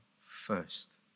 first